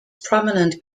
prominent